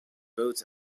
votes